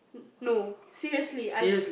no seriously I